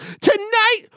Tonight